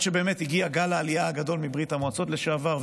שבאמת הגיע גל העלייה הגדול מברית המועצות לשעבר,